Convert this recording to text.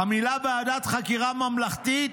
המילה ועדת חקירה ממלכתית,